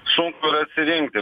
sunku yra atsirinkti